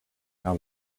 how